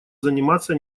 заниматься